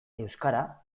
euskara